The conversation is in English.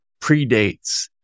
predates